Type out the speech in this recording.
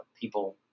people